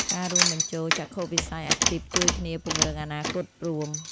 ការរួមបញ្ចូលចក្ខុវិស័យអាជីពជួយគ្នាពង្រឹងអនាគតរួម។